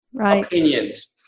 opinions